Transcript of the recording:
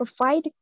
provide